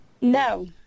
No